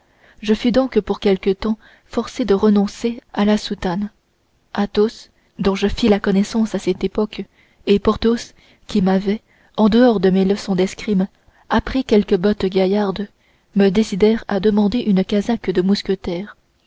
je fus donc pour quelque temps forcé de renoncer à la soutane athos dont je fis la connaissance à cette époque et porthos qui m'avait en dehors de mes leçons d'escrime appris quelques bottes gaillardes me décidèrent à demander une casaque de mousquetaire